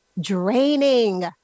draining